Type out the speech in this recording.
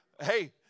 Hey